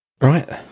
Right